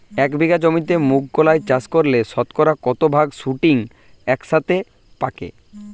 এক বিঘা জমিতে মুঘ কলাই চাষ করলে শতকরা কত ভাগ শুটিং একসাথে পাকে?